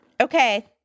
Okay